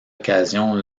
occasion